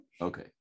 okay